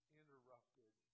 interrupted